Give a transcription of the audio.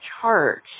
charge